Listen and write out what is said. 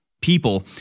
people